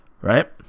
right